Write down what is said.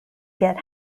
get